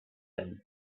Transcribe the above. them